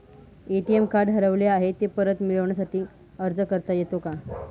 ATM card हरवले आहे, ते परत मिळण्यासाठी अर्ज करता येतो का?